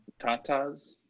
tatas